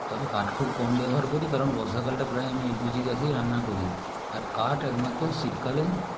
তবে কাঠ খুব কম ব্যবহার করি কারণ বর্ষাকালটা প্রায় আমি এল পি জি গ্যাসেই রান্না করি আর কাঠ একমাত্র শীতকালে